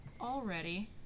already